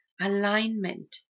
alignment